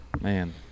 man